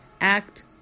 act